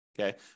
okay